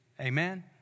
Amen